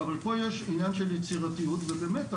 אבל פה יש עניין של יצירתיות ובאמת,